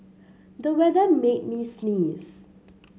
the weather made me sneeze